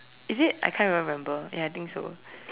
is it I can't even remember ya I think so